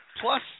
Plus